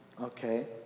Okay